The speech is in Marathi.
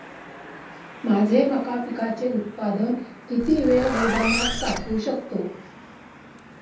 माझे मका पिकाचे उत्पादन किती वेळ गोदामात साठवू शकतो?